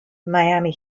miami